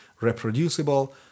reproducible